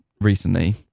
recently